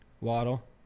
Waddle